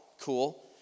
Cool